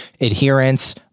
adherence